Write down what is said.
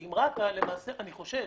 כי עם רת"א למעשה - אני חושב,